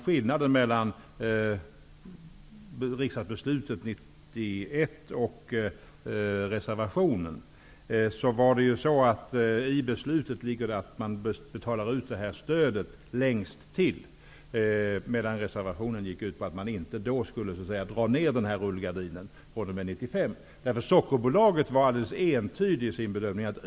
Skillnaden mellan riksdagsbeslutet 1991 och reservationen ligger däri att man enligt riksdagsbeslutet skulle betala ut stöd ''längst till'', medan reservationen gick ut på att man inte skulle dra ner rullgardinen 1995. På Sockerbolaget var man alldeles entydig i sin bedömning.